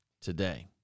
today